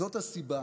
זאת הסיבה